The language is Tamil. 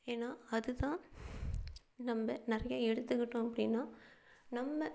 ஏன்னால் அது தான் நம்ம நிறைய எடுத்துக்கிட்டோம் அப்படின்னா நம்ம